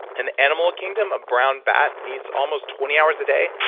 in the animal kingdom, a brown bat needs almost twenty hours a day,